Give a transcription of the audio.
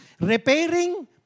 Repairing